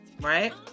right